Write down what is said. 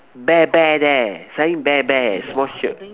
bear bear there selling bear bear small shop